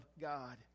God